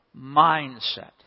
mindset